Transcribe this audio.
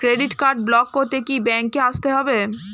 Credit card block করতে কি ব্যাংকে আসতে হবে?